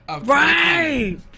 Right